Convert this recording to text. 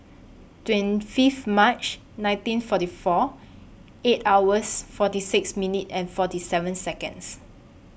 twenty Fifth March nineteen forty four eight hours forty six minutes and forty seven Seconds